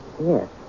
Yes